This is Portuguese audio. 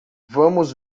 vamos